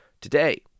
Today